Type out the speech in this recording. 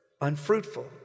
Unfruitful